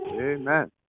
amen